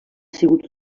sigut